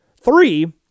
Three